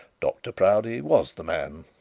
dr proudie was the man.